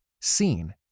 seen